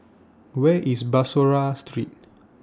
Where IS Bussorah Street